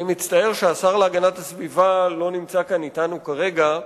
אני מצטער שהשר להגנת הסביבה לא נמצא כאן אתנו כרגע,